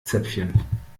zäpfchen